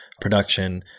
production